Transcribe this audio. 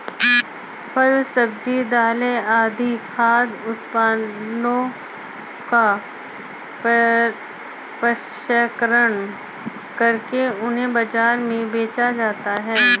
फल, सब्जी, दालें आदि खाद्य उत्पादनों का प्रसंस्करण करके उन्हें बाजार में बेचा जाता है